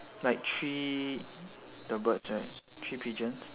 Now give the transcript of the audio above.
like three the birds right three pigeons